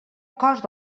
cost